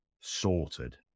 sorted